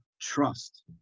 trust